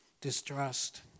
Distrust